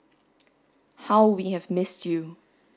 how we have missed you